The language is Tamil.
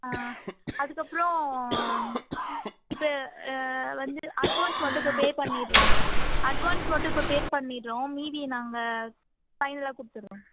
ஆன் அதுக்கப்புறோம் இது வந்து அட்வான்ஸ் மட்டும் இப்போ பே பண்ணிடுறோம் அட்வான்ஸ் மட்டும் இப்போ பே பண்ணிடுறோம் மீதி நாங்கள் ஃபைனலாக கொடுத்துடுறோம்